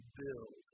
build